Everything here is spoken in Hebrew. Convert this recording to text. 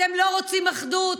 אתם לא רוצים אחדות,